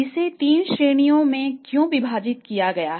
इसे तीन श्रेणियों में क्यों विभाजित किया गया है